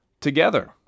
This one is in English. together